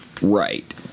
Right